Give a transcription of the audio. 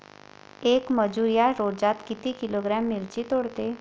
येक मजूर या रोजात किती किलोग्रॅम मिरची तोडते?